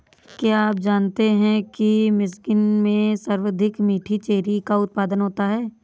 क्या आप जानते हैं कि मिशिगन में सर्वाधिक मीठी चेरी का उत्पादन होता है?